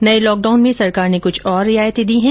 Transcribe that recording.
नये लॉकडाउन में सरकार ने कृछ और रियायते दी है